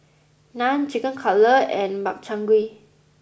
Naan Chicken Cutlet and Makchang Gui